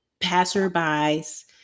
passerbys